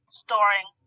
storing